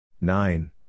Nine